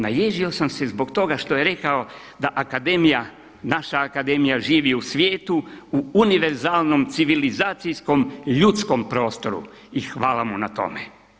Naježio sam se zbog toga što je rekao da Akademija, naša Akademija živi u svijetu u univerzalnom, civilizacijskom ljudskom prostoru i hvala vam na tome.